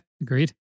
Agreed